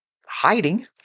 hiding